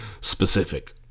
specific